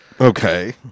Okay